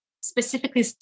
specifically